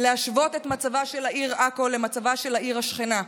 ולהשוות את מצבה של העיר עכו למצבה של העיר השכנה.